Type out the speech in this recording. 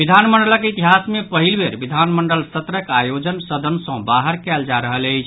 विधानमंडलक इतिहास मे पहिल बेर विधानमंडल सत्रक आयोजन सदन सँ बाहर कयल जा रहल अछि